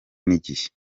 n’igihe